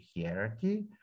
hierarchy